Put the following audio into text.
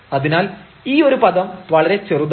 അതിനാൽ ഈ ഒരു പദം വളരെ ചെറുതാണ്